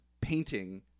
painting